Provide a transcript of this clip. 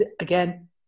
again